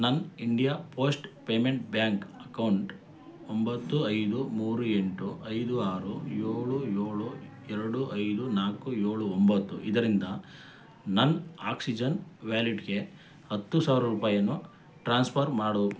ನನ್ನ India post payment bank account ಒಂಬತ್ತು ಐದು ಮೂರು ಎಂಟು ಐದು ಆರು ಏಳು ಏಳು ಎರಡು ಐದು ನಾಲ್ಕು ಏಳು ಒಂಬತ್ತು ಇದರಿಂದ ನನ್ನ ಆಕ್ಸಿಜೆನ್ ವ್ಯಾಲೆಟ್ಗೆ ಹತ್ತು ಸಾವ್ರ ರೂಪಾಯಿಯನ್ನು ಟ್ರಾನ್ಸ್ಫರ್ ಮಾಡು